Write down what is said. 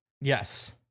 Yes